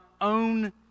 own